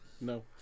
No